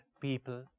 people